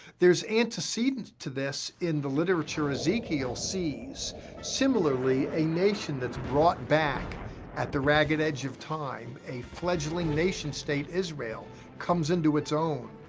there's antecedents to this in the literature. ezekiel sees similarly a nation that's brought back at the ragged edge of time. a fledgling nation state, israel comes into its own,